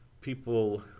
People